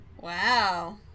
Wow